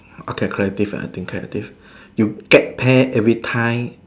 okay creative I think creative you get tear everytime